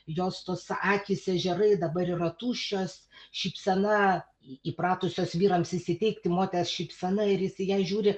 jos tos akys ežerai dabar yra tuščios šypsena įpratusios vyrams įsiteikti moters šypsena ir jis į ją žiūri